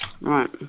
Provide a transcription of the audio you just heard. right